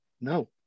No